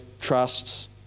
trusts